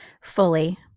fully